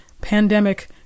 pandemic